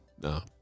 No